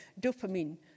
dopamine